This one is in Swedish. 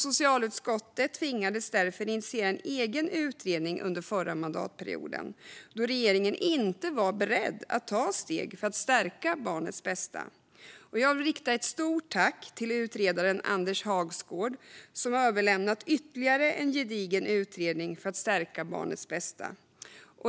Socialutskottet tvingades därför initiera en egen utredning under förra mandatperioden då regeringen inte var beredd att ta steg för att stärka barnets bästa. Jag vill rikta ett stort tack till utredaren Anders Hagsgård som överlämnat ytterligare en gedigen utredning för att stärka barnets bästa.